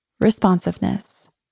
Responsiveness